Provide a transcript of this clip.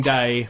Day